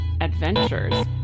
adventures